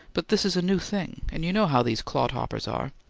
but this is a new thing, and you know how these clodhoppers are.